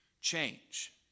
change